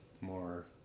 more